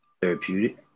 Therapeutic